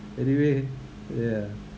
anyway ya